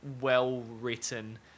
well-written